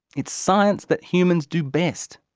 it's science that humans do best.